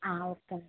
okay